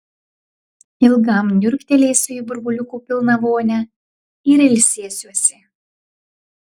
ilgam niurktelėsiu į burbuliukų pilną vonią ir ilsėsiuosi